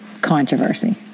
controversy